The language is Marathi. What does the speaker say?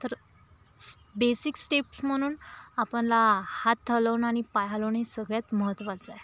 तर स बेसिक स्टेप म्हणून आपला हात हलवणं आणि पाय हलवणे हे सगळ्यात महत्त्वाचं आहे